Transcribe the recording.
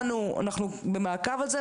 אנחנו במעקב על זה.